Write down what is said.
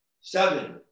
Seven